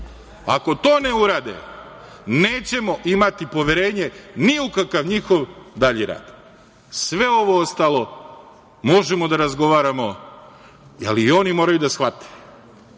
Ako to ne urade, nećemo imati poverenje ni u kakav njihov dalji rad. Sve ovo ostalo možemo da razgovaramo, ali oni moraju da shvate,